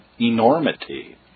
enormity